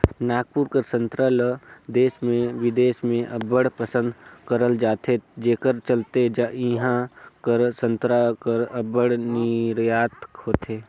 नागपुर कर संतरा ल देस में बिदेस में अब्बड़ पसंद करल जाथे जेकर चलते इहां कर संतरा कर अब्बड़ निरयात होथे